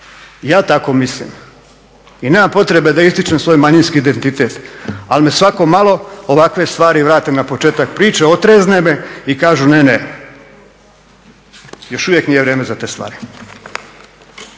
ja tako mislim i nema potrebe da ističem svoj manjinski identitet, ali me svako malo ovakve stvari vrate na početak priče, otrijezne me i kažu ne, ne. Još uvijek nije vrijeme za te stvari.